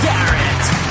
Garrett